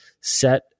set